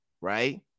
right